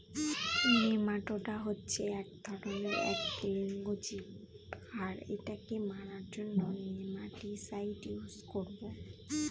nematoda হচ্ছে এক ধরনের এক লিঙ্গ জীব আর এটাকে মারার জন্য নেমাটিসাইড ইউস করবো